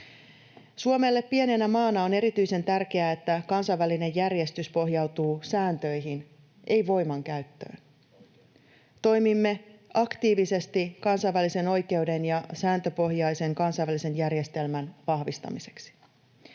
Suomelle pienenä maana on erityisen tärkeää, että kansainvälinen järjestys pohjautuu sääntöihin, ei voimankäyttöön. Toimimme aktiivisesti kansainvälisen oikeuden ja sääntöpohjaisen kansainvälisen järjestelmän vahvistamiseksi.